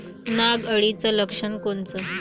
नाग अळीचं लक्षण कोनचं?